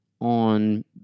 on